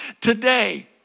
today